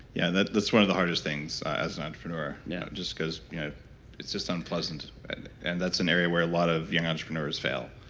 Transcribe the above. yeah that's one of the hardest things as an entrepreneur yeah just cause it's just unpleasant and that's an area where a lot of young entrepreneurs fail.